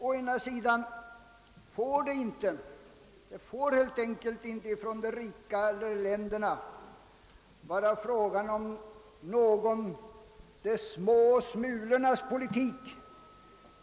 Å ena sidan får det helt enkelt inte från de rika länderna vara fråga om någon »de små smulornas politik».